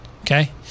Okay